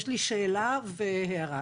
יש לי שאלה והערה.